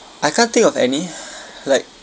I can't think of any like